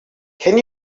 can